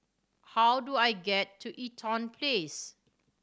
how do I get to Eaton Place